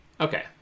Okay